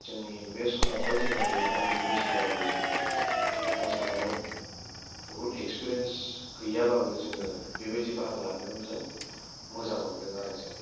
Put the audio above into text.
जोंनि बे समावहाय जोङो उन्दै बैसोबाबो मोसानायाव बुहुत इकस्फिरेन्स गैयाबाबो जोङो बेबादि बाहागो लानानै मोजां मोनदों आरो जोङो